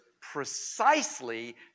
precisely